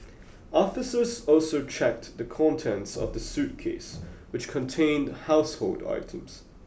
officers also checked the contents of the suitcase which contained household items